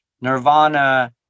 Nirvana